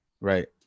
Right